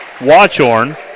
Watchorn